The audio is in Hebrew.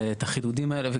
ואת החידודים האלה,